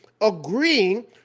agreeing